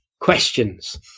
questions